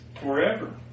forever